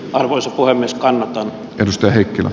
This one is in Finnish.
arvoisa puhemieskaan risto heikkilä